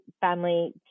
family